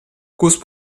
cause